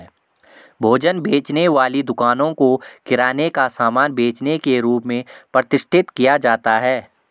भोजन बेचने वाली दुकानों को किराने का सामान बेचने के रूप में प्रतिष्ठित किया जाता है